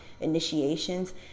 Initiations